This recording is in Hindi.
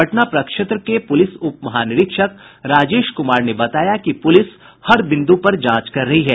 पटना प्रक्षेत्र के पुलिस उप महानिरीक्षक राजेश कुमार ने बताया कि पुलिस हर बिंदु पर जांच कर रही है